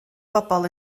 bobol